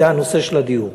וזה הנושא של הדיור.